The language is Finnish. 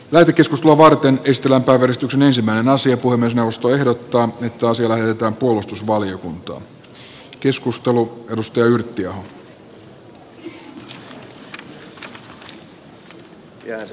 värikäs oslo varten ystävä varmistuksen ensimmäinen asia kuin myös puhemiesneuvosto ehdottaa että asia lähetetään puolustusvaliokuntaan